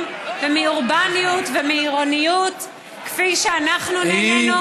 ומאורבניות ומעירוניות כפי שאנחנו נהנינו,